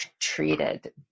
treated